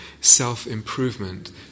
self-improvement